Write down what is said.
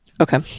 okay